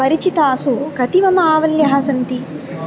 परिचितासु कति मम आवल्यः सन्ति